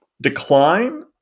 decline